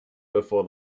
before